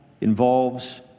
involves